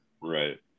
right